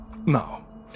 now